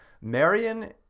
Marion